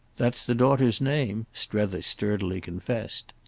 that's the daughter's name, strether sturdily confessed.